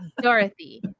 Dorothy